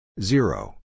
Zero